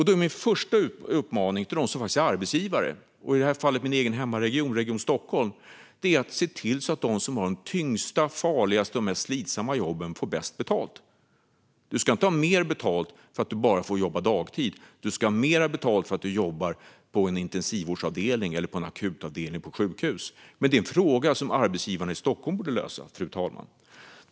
Då är min första uppmaning till den som är arbetsgivare, i det här fallet min egen hemregion Region Stockholm, att se till att de som har de tyngsta, farligaste och mest slitsamma jobben får bäst betalt. Du ska inte ha mer betalt för att du bara ska jobba dagtid. Du ska ha mer betalt för att du jobbar på en intensivvårds eller akutavdelning på sjukhus. Men det är en fråga som arbetsgivarna i Stockholm borde lösa, fru talman.